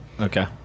Okay